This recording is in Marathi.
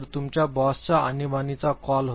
तुमच्या बॉसचा आणीबाणीचा कॉल होता